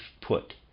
put